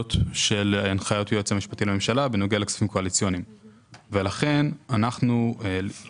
הנחיות היועץ המשפטי לממשלה, לכן על כל